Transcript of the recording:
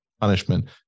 punishment